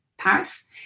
Paris